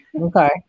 Okay